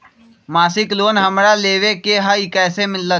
मासिक लोन हमरा लेवे के हई कैसे मिलत?